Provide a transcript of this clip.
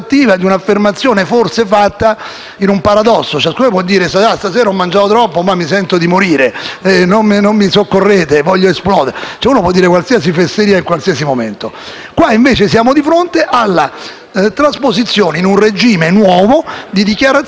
persona può dire qualsiasi fesseria in ogni momento. Qui invece siamo di fronte alla trasposizione in un regime nuovo di dichiarazioni fatte in assenza di vincoli e legami: è un obbrobrio giuridico e morale e questo resta, anche se lo approvate. Queste cose saranno poi